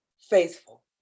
faithful